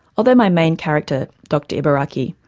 although my main character, dr ibaraki,